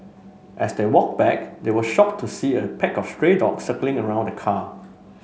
as they walked back they were shocked to see a pack of stray dog circling around the car